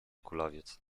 kulawiec